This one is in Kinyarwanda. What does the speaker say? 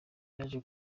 yaje